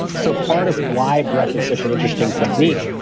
so part of why breath is such an interesting technique,